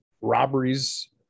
robberies